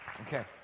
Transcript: Okay